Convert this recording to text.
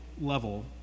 level